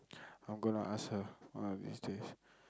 I'm gonna ask her one of these days